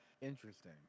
Interesting